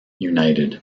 united